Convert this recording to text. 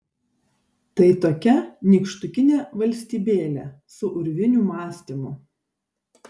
tai tokia nykštukinė valstybėlė su urvinių mąstymu